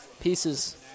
pieces